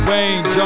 Wayne